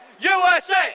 USA